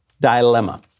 dilemma